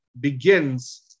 begins